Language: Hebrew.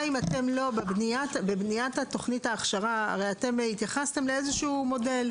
הרי בבניית תכנית ההכשרה אתם התייחסתם לאיזשהו מודל,